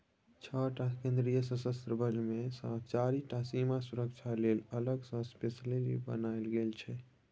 छअ टा केंद्रीय सशस्त्र बल मे सँ चारि टा सीमा सुरक्षा लेल अलग सँ स्पेसली बनाएल गेल छै